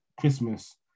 Christmas